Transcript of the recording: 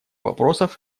вопросов